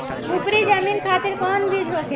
उपरी जमीन खातिर कौन बीज होखे?